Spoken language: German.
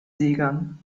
seegang